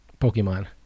Pokemon